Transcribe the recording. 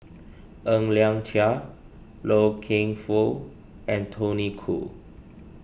Ng Liang Chiang Loy Keng Foo and Tony Khoo